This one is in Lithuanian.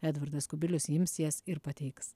edvardas kubilius ims jas ir pateiks